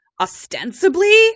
ostensibly